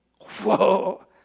Whoa